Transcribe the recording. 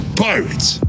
pirates